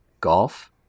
golf